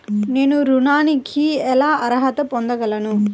నేను ఋణానికి ఎలా అర్హత పొందగలను?